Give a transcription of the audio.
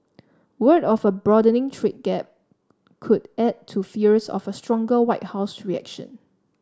word of a broadening trade gap could add to fears of a stronger White House reaction